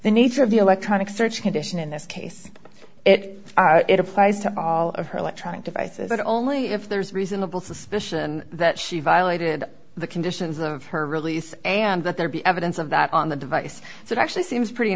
the nature of the electronic search condition in this case it it applies to all of her electronic devices but only if there's reasonable suspicion that she violated the conditions of her release and that there be evidence of that on the device so it actually seems pretty